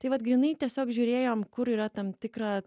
tai vat grynai tiesiog žiūrėjom kur yra tam tikra